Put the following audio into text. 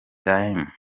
time